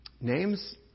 Names